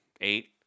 eight